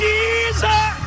Jesus